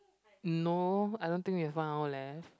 no I don't think we have one hour left